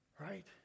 Right